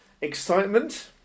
excitement